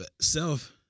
Self